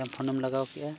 ᱯᱷᱳᱱᱮᱢ ᱞᱟᱜᱟᱣ ᱠᱮᱜᱼᱟ